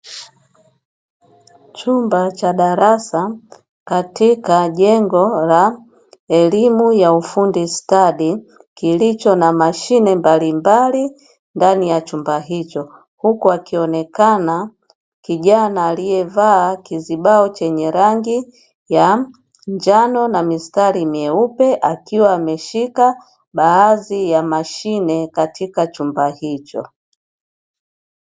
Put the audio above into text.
Chumba cha darasa katika jengo la elimu ya ufundi stadi kilicho na mashine mbalimbali ndani ya chumba hicho, huku akionekana kijana aliyevaa kizibao chenye rangi ya njano na mistari mieupe akiwa ameshika baadhi ya mashine katika chumba hicho.